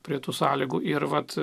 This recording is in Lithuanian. prie tų sąlygų ir vat